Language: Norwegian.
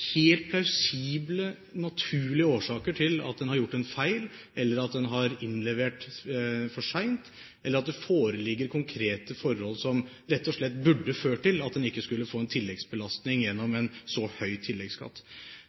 helt plausible, naturlige årsaker til at man har gjort en feil eller at man har innlevert for sent, eller at det foreligger konkrete forhold som rett og slett burde ført til at man ikke fikk en tilleggsbelastning ved en så høy tilleggsskatt.